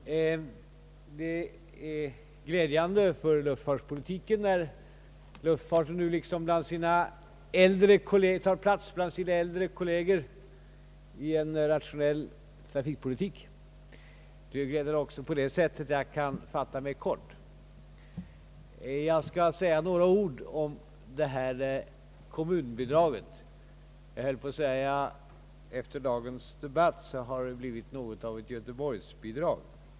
Det är glädjande för luftfarten när den nu tar plats bland sina äldre kolleger i en rationell trafikpolitik. Det gläder också mig på det sättet att jag kan fatta mig kort. Jag skall säga några ord om det kommunbidrag som vi nu diskuterar. Efter dagens debatt kan det ju framstå som något av ett göteborgsbidrag.